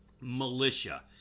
militia